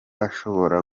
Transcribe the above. ashobora